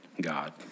God